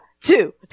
two